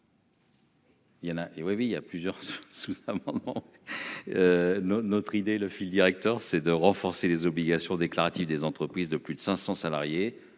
il y a plusieurs sous sa maman. Nos notre idée le fil directeur, c'est de renforcer les obligations déclaratives des entreprises de plus de 500 salariés